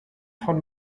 von